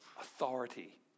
authority